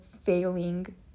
failing